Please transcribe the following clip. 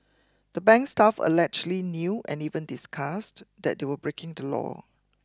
the bank's staff allegedly knew and even discussed that they were breaking the law